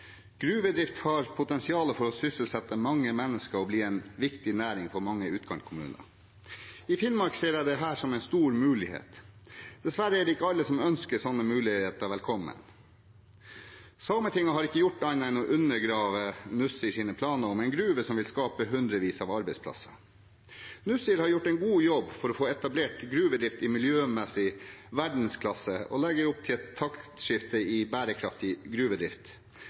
Gruvedrift har potensial for å sysselsette mange mennesker og bli en viktig næring for mange utkantkommuner. I Finnmark ser jeg dette som en stor mulighet. Dessverre er det ikke alle som ønsker sånne muligheter velkommen. Sametinget har ikke gjort annet enn å undergrave Nussirs planer om en gruve som vil skape hundrevis av arbeidsplasser. Nussir har gjort en god jobb for å få etablert gruvedrift i miljømessig verdensklasse og legger opp til et taktskifte i bærekraftig gruvedrift,